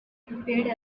prepared